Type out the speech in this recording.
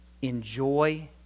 Enjoy